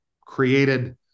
created